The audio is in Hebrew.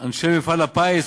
לא שלא יהיה פרסום